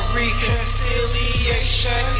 reconciliation